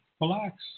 relax